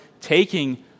taking